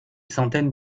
centaines